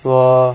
我